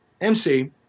MC